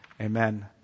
amen